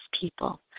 people